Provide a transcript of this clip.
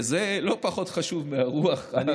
וזה לא פחות חשוב מהרוח הנושבת.